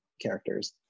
characters